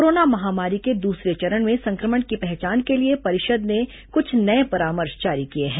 corona महामारी के दूसरे चरण में संक्रमण की पहचान के लिए परिषद ने कुछ नये परामर्श जारी किए हैं